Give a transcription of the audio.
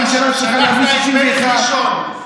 הממשלה צריכה להביא 61. שלחת את בנט לישון.